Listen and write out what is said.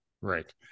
Right